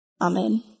Amen